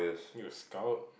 you scout